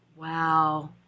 Wow